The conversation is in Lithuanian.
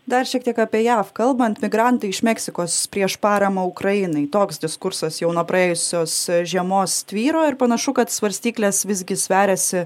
dar šiek tiek apie jav kalbant migrantai iš meksikos prieš paramą ukrainai toks diskursas jau nuo praėjusios žiemos tvyro ir panašu kad svarstyklės visgi sveriasi